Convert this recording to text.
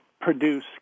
produce